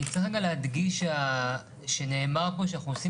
אני רוצה להדגיש שנאמר פה שאנחנו עושים